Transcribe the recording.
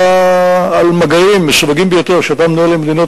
על מגעים מסווגים ביותר שאתה מנהל עם מדינות